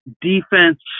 defense